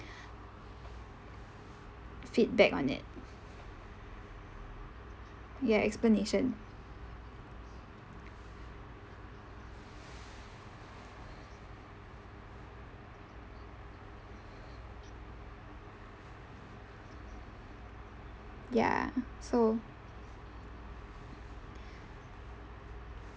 feedback on it ya explanation ya so